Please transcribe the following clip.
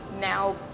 now